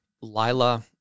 Lila